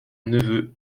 neveu